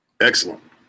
Excellent